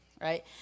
right